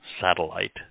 satellite